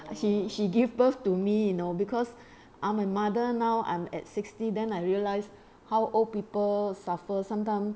she she give birth to me you know because I'm a mother now I'm at sixty then I realised how old people suffer sometime